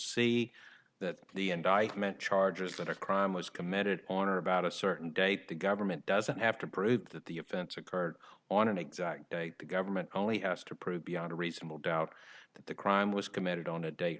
see that the indictment charges that a crime was committed on or about a certain date the government doesn't have to prove that the offense occurred on an exact date the government only has to prove beyond a reasonable doubt that the crime was committed on a date